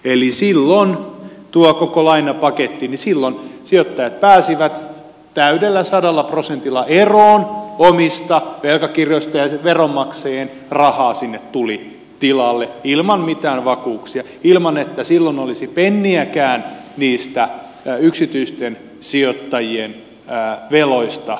eli silloin tuossa koko lainapaketissa sijoittajat pääsivät täydellä sadalla prosentilla eroon omista velkakirjoistaan ja veronmaksajien rahaa sinne tuli tilalle ilman mitään vakuuksia ilman että silloin olisi penniäkään niistä yksityisten sijoittajien veloista leikattu